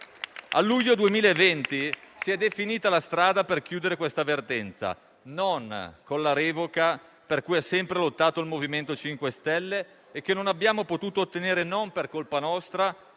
A luglio 2020 si è definita la strada per chiudere questa vertenza, non con la revoca per cui ha sempre lottato il MoVimento 5 Stelle e che non abbiamo potuto ottenere, non per colpa nostra,